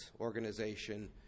organization